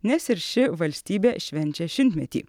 nes ir ši valstybė švenčia šimtmetį